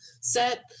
set